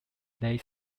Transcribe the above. their